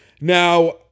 Now